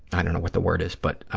i don't know what the word is, but